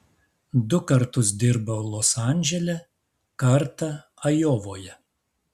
du kartus dirbau los andžele kartą ajovoje